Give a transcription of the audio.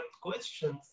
questions